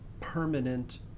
permanent